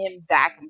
back